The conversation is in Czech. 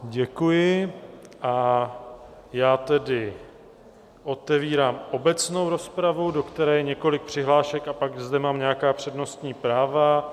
Děkuji, a já tedy otevírám obecnou rozpravu, do které je několik přihlášek, a pak zde mám nějaká přednostní práva.